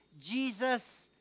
Jesus